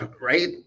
right